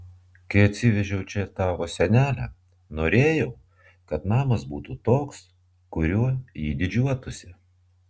kai atsivežiau čia tavo senelę norėjau kad namas būtų toks kuriuo jį didžiuotųsi